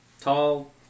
tall